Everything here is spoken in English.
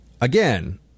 Again